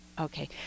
Okay